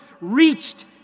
reached